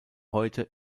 heute